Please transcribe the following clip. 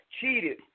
cheated